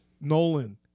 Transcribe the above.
Nolan